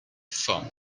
fun